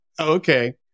Okay